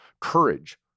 courage